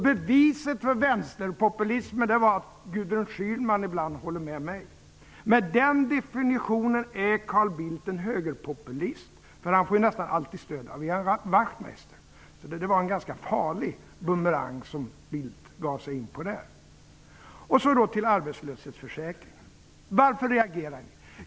Beviset för vänsterpopulismen var att Gudrun Schyman ibland håller med mig. Med den definitionen är Carl Bildt en högerpopulist, för han får ju nästan alltid stöd av Ian Wachtmeister. Det var en ganska farlig bumerang som Bildt gav sig in på där. Så till arbetslöshetsförsäkringen. Varför reagerar vi?